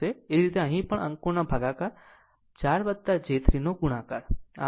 એ જ રીતે અહીં પણ અંકોના ભાગાકાર 4 j 3 ગુણાકાર